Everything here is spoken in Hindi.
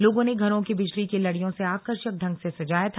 लोगों ने घरों को बिजली की लड़ियों से आकर्षक ढंग से सजाया था